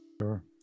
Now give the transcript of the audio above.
Sure